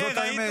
זאת האמת.